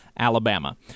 Alabama